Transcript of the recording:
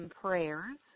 Prayers